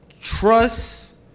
trust